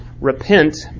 Repent